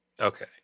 Okay